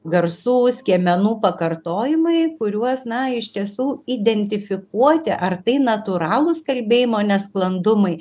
garsų skiemenų pakartojimai kuriuos na iš tiesų identifikuoti ar tai natūralūs kalbėjimo nesklandumai